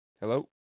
Hello